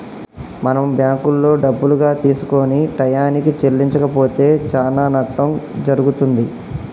మనం బ్యాంకులో డబ్బులుగా తీసుకొని టయానికి చెల్లించకపోతే చానా నట్టం జరుగుతుంది